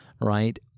right